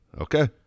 okay